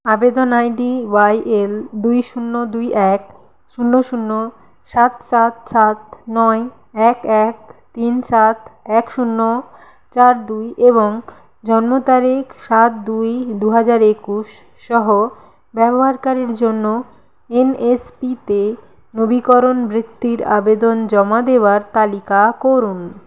আবেদন I D Y L দুই শূন্য দুই এক শূন্য শূন্য সাত সাত সাত নয় এক এক তিন সাত এক শূন্য চার দুই এবং জন্ম তারিখ সাত দুই দু হাজার একুশ সহ ব্যবহারকারীর জন্য এন এস পি তে নবীকরণ বৃত্তির আবেদন জমা দেওয়ার তালিকা করুন